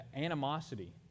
animosity